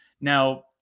Now